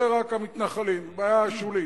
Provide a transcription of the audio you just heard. זה רק המתנחלים, בעיה שולית.